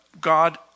God